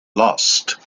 lost